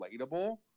relatable